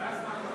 ואז מה קרה?